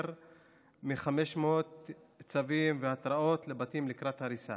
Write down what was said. מ-500 צווים והתראות לבתים לקראת הריסה.